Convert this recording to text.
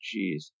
Jeez